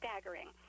staggering